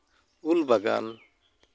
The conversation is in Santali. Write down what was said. ᱩᱞ ᱵᱟᱜᱟᱱ